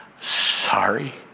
sorry